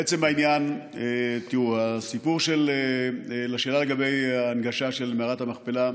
לעצם העניין, הסיפור של ההנגשה של מערת המכפלה,